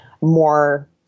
more